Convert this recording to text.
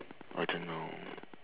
I don't know